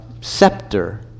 scepter